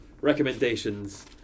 Recommendations